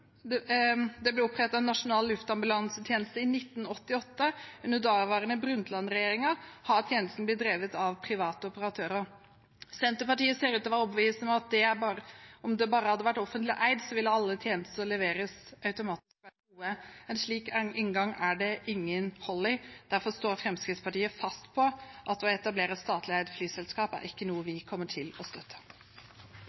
det ble opprettet nasjonal luftambulansetjeneste – i 1988, under daværende Harlem Brundtland-regjeringen – har tjenesten blitt drevet av private operatører. Senterpartiet ser ut til å være overbevist om at hvis den bare hadde vært offentlig eid, ville alle tjenester som leveres, automatisk vært gode. En slik inngang er det ikke noe hold i, derfor står Fremskrittspartiet fast på at å etablere et statlig eid flyselskap ikke er noe vi